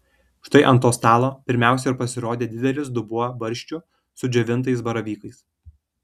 štai ant to stalo pirmiausia ir pasirodė didelis dubuo barščių su džiovintais baravykais